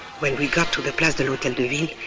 when we got to the place de hotel de ville,